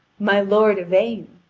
my lord yvain.